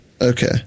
Okay